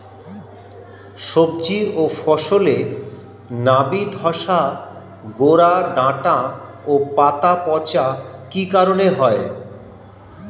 সবজি ও ফসলে নাবি ধসা গোরা ডাঁটা ও পাতা পচা কি কারণে হয়?